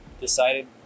decided